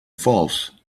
falls